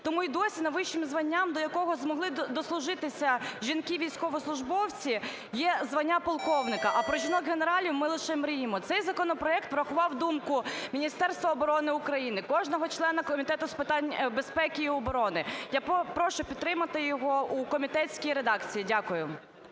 Тому і досі найвищим званням до якого змогли дослужитися жінки військовослужбовці, є звання полковника, а про жінок генералів ми лише мріємо. Цей законопроект врахував думку Міністерства оборони України, кожного члена Комітету з питань безпеки і оборони. Я прошу підтримати його у комітетській редакції. Дякую.